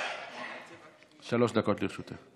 שלוש דקות לרשותך.